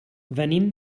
venim